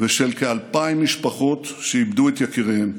ושל כ-2,000 משפחות שאיבדו את יקיריהן.